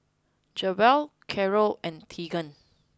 Jewell Carole and Tegan